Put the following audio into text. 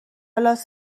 لاس